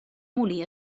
molí